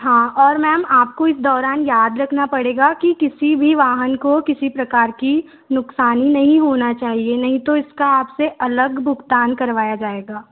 हाँ और मैम आपको इस दौरान याद रखना पड़ेगा कि किसी भी वाहन को किसी किसी प्रकार की नुक्सानी नहीं होना चाहिए नहीं तो इसका आपसे अलग भुगतान करवाया जाएगा